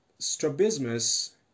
Strabismus